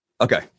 Okay